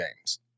games